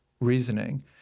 reasoning